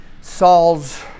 Saul's